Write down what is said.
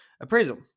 appraisal